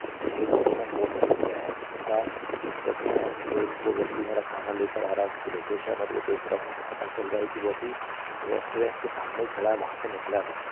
मुझे किसी ने फ़ोन नहीं किया है दूसरा जब मैं जो जो व्यक्ति मेरा खाना लेकर आ रहा उसकी लोकेशन और वो देखरा हूँ तो पता चलरा है कि वो अभी रेस्टोरेन्ट के सामने खड़ा वहाँ से निकला नहीं है